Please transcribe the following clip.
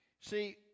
See